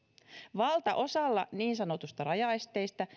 valtaosalla niin sanotuista rajaesteistä